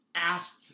Asked